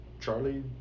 Charlie